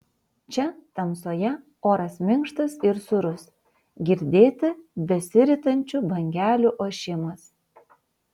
čia tamsoje oras minkštas ir sūrus girdėti besiritančių bangelių ošimas